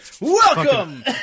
Welcome